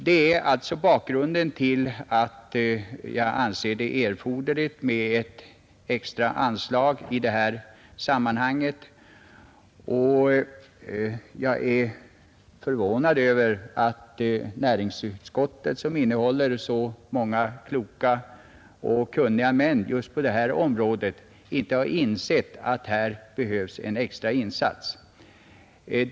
Detta är bakgrunden till att jag anser ett extra anslag vara erforderligt i detta fall, och jag är förvånad över att näringsutskottet — som har så många kloka och just på detta område så kunniga ledamöter — inte har” insett att det här behövs en extra insats.